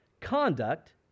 conduct